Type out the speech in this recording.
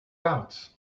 out